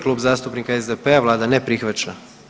Kluba zastupnika SPD-a vlada ne prihvaća.